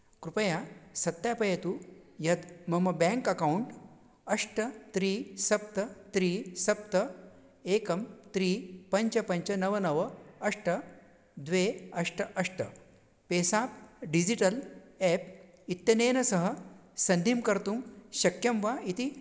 कृपया सत्यापयतु यत् मम बेङ्क् अकौण्ट् अष्ट त्रीणि सप्त त्रीणि सप्त एकं त्रीणि पञ्च पञ्च नव नव अष्ट द्वे अष्ट अष्ट पेसाप् डिजिटल् एप् इत्यनेन सह सन्धिं कर्तुं शक्यं वा इति